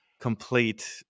complete